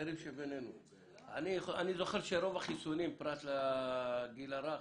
אני זוכר שרוב החיסונים, פרט לגיל הרך